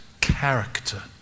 character